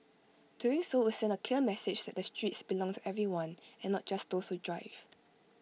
doing so would send A clear message that the streets belongs to everyone and not just those who drive